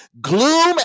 Gloom